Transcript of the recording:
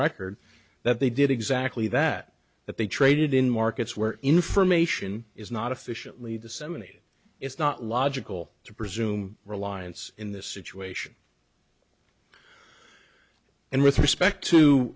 record that they did exactly that that they traded in markets where information is not officially disseminated it's not logical to presume reliance in this situation and with respect to